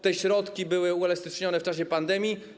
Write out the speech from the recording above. Te środki były uelastycznione w czasie pandemii.